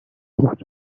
بود